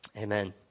Amen